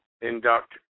induct